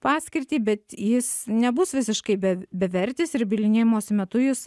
paskirtį bet jis nebus visiškai bev bevertis ir bylinėjimosi metu jis